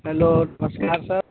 hello नमस्कार sir